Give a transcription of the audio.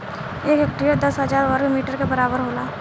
एक हेक्टेयर दस हजार वर्ग मीटर के बराबर होला